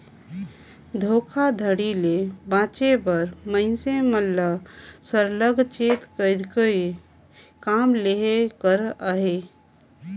धोखाघड़ी ले बाचे बर मइनसे मन ल सरलग चेत कइर के काम लेहे कर अहे